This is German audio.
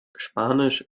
spanisch